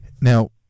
now